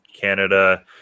Canada